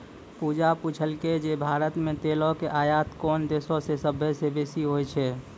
पूजा पुछलकै जे भारत मे तेलो के आयात कोन देशो से सभ्भे से बेसी होय छै?